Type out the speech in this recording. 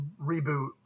reboot